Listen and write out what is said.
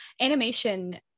animation